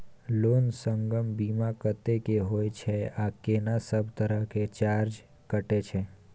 Loan संग बीमा कत्ते के होय छै आ केना सब तरह के चार्ज कटै छै?